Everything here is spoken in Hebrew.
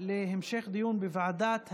להמשך דיון בוועדת הבריאות.